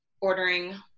ordering